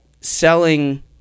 selling